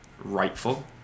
rightful